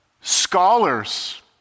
scholars